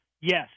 yes